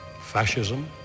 fascism